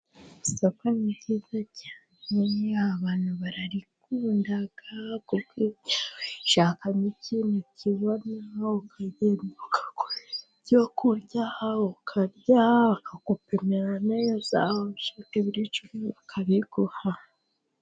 Isoko ni ryiza cyane abantu bararikunda, kuko nk'iyo ugiye gushakamo ikintu ukibona, ukagenda ukaguramo ibyo kurya ukarya, bakagupimira neza waba ushaka nk'ibiro icumi bakabiguha.